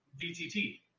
VTT